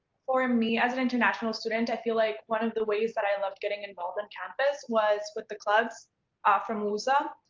for me as an international student, i feel like one of the ways but i loved getting involved on campus was with the clubs ah from wusa.